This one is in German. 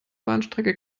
bahnstrecke